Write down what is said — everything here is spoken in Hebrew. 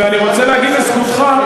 ואני רוצה להגיד לזכותך,